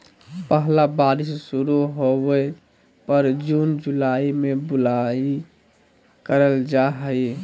पहला बारिश शुरू होबय पर जून जुलाई में बुआई करल जाय हइ